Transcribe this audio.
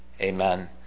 Amen